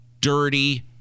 dirty